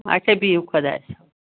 اچھا بِہِو خۄدایَس حوال